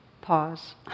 pause